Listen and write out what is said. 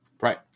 right